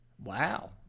Wow